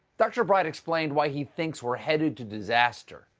dr. bright explained why he thinks we're headed to disaster.